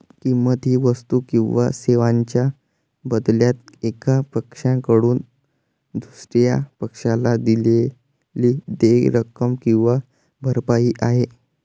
किंमत ही वस्तू किंवा सेवांच्या बदल्यात एका पक्षाकडून दुसर्या पक्षाला दिलेली देय रक्कम किंवा भरपाई आहे